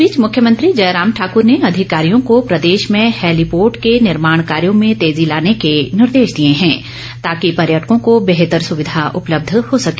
मुख्यमंत्री मुख्यमंत्री जयराम ठाकुर ने अधिकारियों को प्रदेश में हैलीपोर्ट के निर्माण कायोँ में तेजी लाने के निर्देश दिए हैं ताकि पर्यटकों को बेहतर सुविधा उपलब्ध हो सके